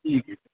ٹھیک ہے